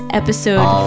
episode